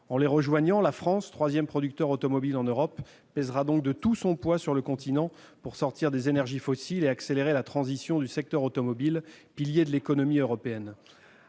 En les rejoignant, la France, troisième producteur automobile en Europe, pèsera de tout son poids sur le continent, pour sortir des énergies fossiles et accélérer la transition du secteur automobile, pilier de l'économie européenne.